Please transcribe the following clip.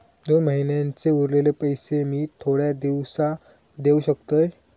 दोन महिन्यांचे उरलेले पैशे मी थोड्या दिवसा देव शकतय?